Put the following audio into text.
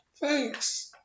Thanks